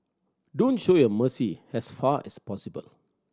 don't show your mercy as far as possible